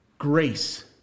Grace